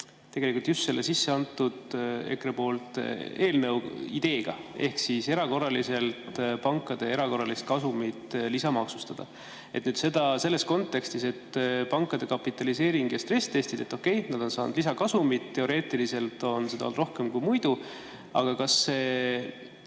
selle EKRE just sisse antud eelnõu ideega, et erakorraliselt pankade erakorralist kasumit lisamaksustada. Seda selles kontekstis, et pankade kapitaliseering ja stressitestid … Okei, nad on saanud lisakasumit. Teoreetiliselt on seda rohkem kui muidu. Aga kuidas see